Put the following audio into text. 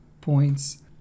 points